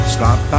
Stop